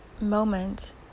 moment